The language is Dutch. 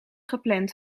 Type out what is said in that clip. gepland